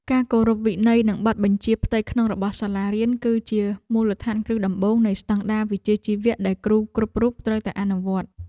ការគោរពវិន័យនិងបទបញ្ជាផ្ទៃក្នុងរបស់សាលារៀនគឺជាមូលដ្ឋានគ្រឹះដំបូងនៃស្តង់ដារវិជ្ជាជីវៈដែលគ្រូគ្រប់រូបត្រូវតែអនុវត្ត។